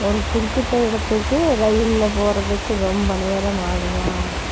ஒரு குறிப்பிட்ட இடத்துக்கு ரயிலில் போகிறதுக்கு ரொம்ப நேரம் ஆகுமா